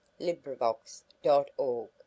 LibriVox.org